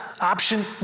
option